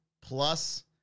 plus